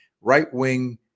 right-wing